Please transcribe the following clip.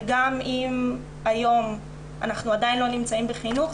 וגם אם היום אנחנו עדיין לא נמצאים בחינוך,